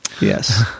Yes